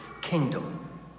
kingdom